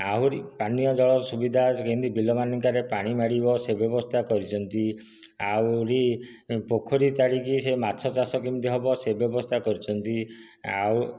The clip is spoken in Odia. ଆହୁରି ପାନୀୟ ଜଳର ସୁବିଧା କେମିତି ବିଲମାନଙ୍କରେ ପାଣି ମାଡ଼ିବ ସେ ବ୍ୟବସ୍ତା କରିଛନ୍ତି ଆହୁରି ପୋଖରୀ ତାଡ଼ିକି ସେ ମାଛ ଚାଷ କେମିତି ହେବ ସେ ବ୍ୟବସ୍ତା କରିଛନ୍ତି ଆଉ